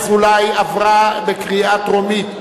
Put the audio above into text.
התשע"א 2011,